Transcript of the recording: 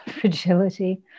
fragility